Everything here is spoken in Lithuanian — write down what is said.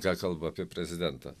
ką kalba apie prezidentą